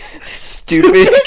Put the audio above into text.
Stupid